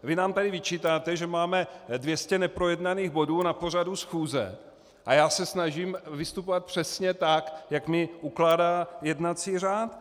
Vy nám tady vyčítáte, že máme 200 neprojednaných bodů na pořadu schůze, a já se snažím vystupovat přesně tak, jak mi ukládá jednací řád.